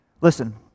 listen